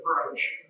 approach